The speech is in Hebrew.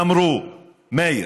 אמרו: מאיר,